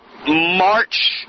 March